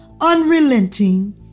unrelenting